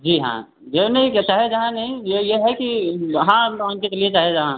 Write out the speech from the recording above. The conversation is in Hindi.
जी हाँ जऊई नहीं कि चाहे जहाँ नहीं यह यह है कि हाँ मान के चलिए चाहे जहाँ